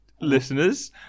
listeners